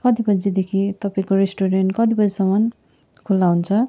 कति बजेदेखि तपाईँको रेस्टुरेन्ट कति बजेसम्म खुला हुन्छ